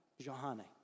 Johanne